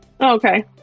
Okay